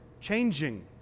changing